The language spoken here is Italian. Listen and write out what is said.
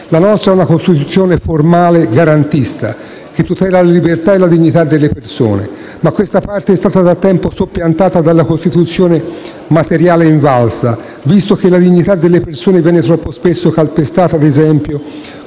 La nostra è una Costituzione formale garantista, che tutela la libertà e la dignità delle persone, ma questa parte è stata da tempo soppiantata dalla Costituzione materiale invalsa, visto che la dignità delle persone viene troppo spesso calpestata, ad esempio